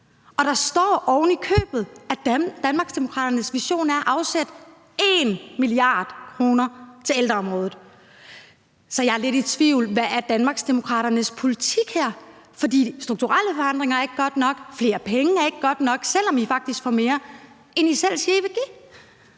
og der står ovenikøbet, at Danmarksdemokraternes vision er at afsætte 1 mia. kr. til ældreområdet. Så jeg er lidt i tvivl om, hvad Danmarksdemokraternes politik er her. For strukturelle forandringer er ikke godt nok, flere penge er ikke godt nok, selv om I faktisk får mere, end I selv siger I vil give.